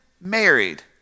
married